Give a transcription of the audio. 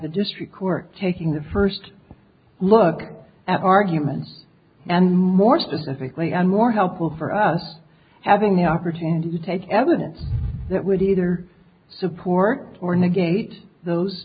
the district court taking the first look at arguments and more specifically and more helpful for us having the opportunity to take evidence that would either support or negate those